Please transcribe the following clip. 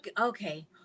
okay